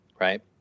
right